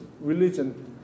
religion